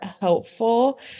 helpful